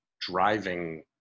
driving